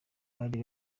bari